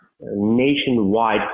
nationwide